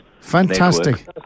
Fantastic